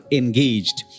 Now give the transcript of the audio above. engaged